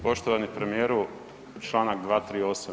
Poštovani premijeru članak 238.